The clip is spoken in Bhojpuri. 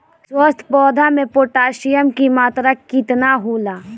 स्वस्थ पौधा मे पोटासियम कि मात्रा कितना होला?